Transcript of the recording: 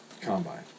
combine